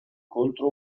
contro